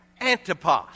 Antipas